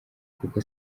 kuko